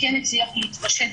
שכן הצליח להתפשט,